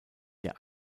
der